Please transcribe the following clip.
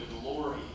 glory